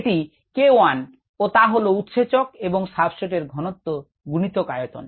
এটি k 1ও তা হলো উৎসেচক এবং সাবস্ট্রেট এর ঘনত্ব গুণিতক আয়তন